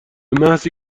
محضی